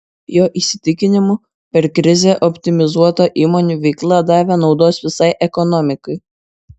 jo įsitikinimu per krizę optimizuota įmonių veikla davė naudos visai ekonomikai